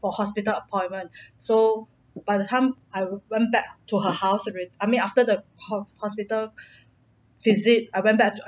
for hospital appointment so by the time I went back to her house already I mean after the hos~ hospital visit I went back to